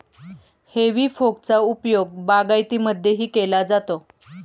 हेई फोकचा उपयोग बागायतीमध्येही केला जातो